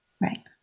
Right